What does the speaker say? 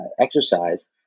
exercise